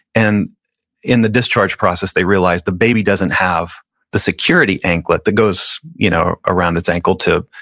and in the discharge process, they realized the baby doesn't have the security anklet that goes you know around its ankle to,